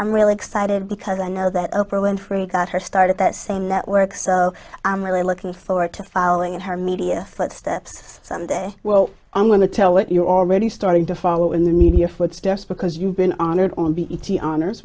i'm really excited because i know that oprah winfrey got her start at that same network so i'm really looking forward to following her media footsteps well i'm going to tell what you're already starting to follow in the media footsteps because you've been honored on bt honors